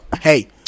hey